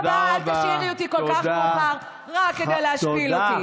בפעם הבאה אל תשאירי אותי כל כך מאוחר רק כדי להשפיל אותי.